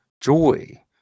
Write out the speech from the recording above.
joy